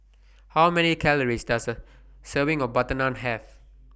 How Many Calories Does A Serving of Butter Naan Have